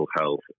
health